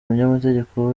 umunyamategeko